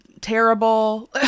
terrible